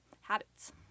habits